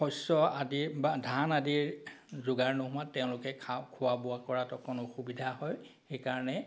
শস্য় আদিৰ বা ধান আদিৰ যোগাৰ নোহোৱাত তেওঁলোকে খা খোৱা বোৱা কৰাত অকণ অসুবিধা হয় সেইকাৰণে